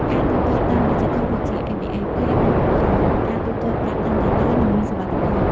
ការទូទាត់តាមឌីជីថលដូចជា ABA Pay បានធ្វើឱ្យការទូទាត់ប្រាក់កាន់តែលឿន និងមានសុវត្ថិភាព។